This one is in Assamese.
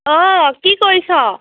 অঁ কি কৰিছ